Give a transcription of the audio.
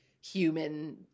human